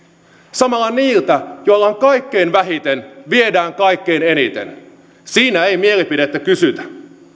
samalla niiltä joilla on kaikkein vähiten viedään kaikkein eniten siinä ei mielipidettä kysytä